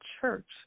church